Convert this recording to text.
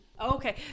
Okay